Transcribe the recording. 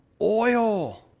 Oil